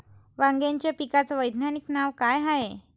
वांग्याच्या पिकाचं वैज्ञानिक नाव का हाये?